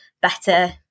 better